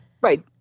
Right